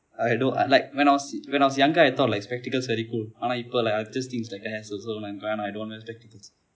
I know I like when I was when I was younger I thought like spectacles very cool ஆனா இப்போ:aana ippo like I just think is like a hassle so எனக்கு வேனாம்:enakku venam I don't want spectacles